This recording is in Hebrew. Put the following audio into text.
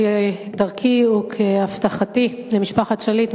כדרכי וכהבטחתי למשפחת שליט,